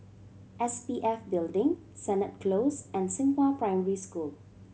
S P F Building Sennett Close and Xinghua Primary School